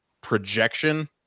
projection